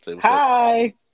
Hi